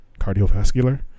Cardiovascular